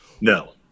No